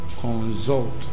consult